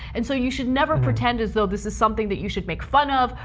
and so you should never pretend as though this is something that you should make fun of.